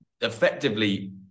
effectively